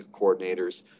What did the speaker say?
coordinators